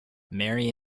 marry